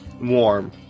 warm